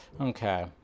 Okay